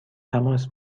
تماس